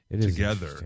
together